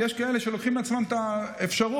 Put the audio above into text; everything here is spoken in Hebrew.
יש כאלה שלוקחים לעצמם את האפשרות,